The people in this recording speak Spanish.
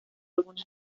algunas